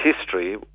history